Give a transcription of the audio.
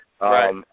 Right